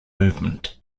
movement